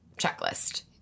checklist